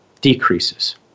decreases